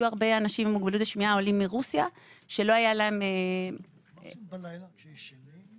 מה עושים בלילה, כשישנים?